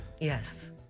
Yes